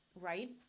Right